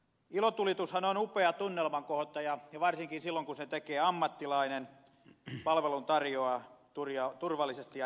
ilotulitushan on upea tunnelman kohottaja ja varsinkin silloin kun sen tekee ammattilainen joka tarjoaa palvelun turvallisesti ja näyttävästi